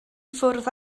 ffwrdd